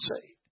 saved